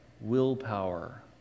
willpower